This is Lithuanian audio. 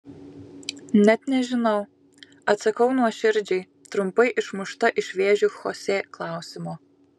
net nežinau atsakau nuoširdžiai trumpai išmušta iš vėžių chosė klausimo